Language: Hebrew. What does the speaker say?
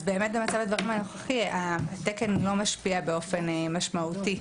אז באמת במצב הדברים הנוכחי התקן לא משפיע באופן משמעותי.